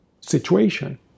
situation